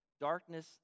Darkness